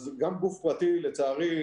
גם גוף פרטי לצערי,